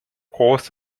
groß